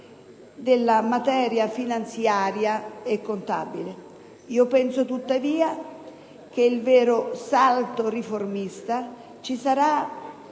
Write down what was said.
della materia finanziaria e contabile. Penso tuttavia che il vero salto riformatore ci sarà